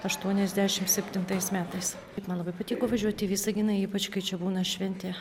aštuoniasdešim septintais metais man labai patiko važiuoti į visaginą ypač kai čia būna šventė